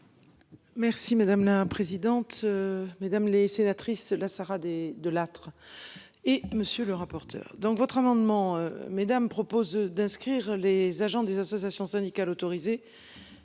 Merci madame la présidente. Mesdames les sénatrices la Sarah des de Lattre. Et monsieur le rapporteur. Donc votre amendement mesdames propose d'inscrire les agents des associations syndicales autorisées.